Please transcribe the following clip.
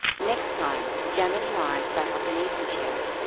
next time janet and i sat up in easy chairs,